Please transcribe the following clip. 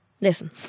listen